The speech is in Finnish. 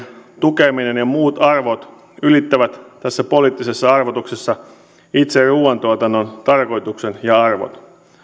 tukeminen ja muut arvot ylittävät tässä poliittisessa arvotuksessa itse ruuantuotannon tarkoituksen ja arvot